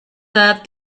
that